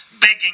Begging